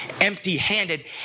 empty-handed